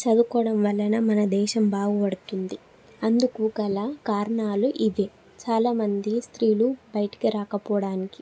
చదువుకోవడం వలన మన దేశం బాగుబడుతుంది అందుకు గల కారణాలు ఇవే చాలా మంది స్త్రీలు బయటికి రాకపోవడానికి